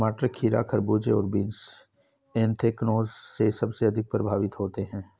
टमाटर, खीरा, खरबूजे और बीन्स एंथ्रेक्नोज से सबसे अधिक प्रभावित होते है